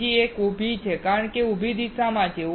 બીજી એક ઉભી ભઠ્ઠી છે કારણ કે તે ઉભી દિશામાં છે